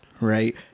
right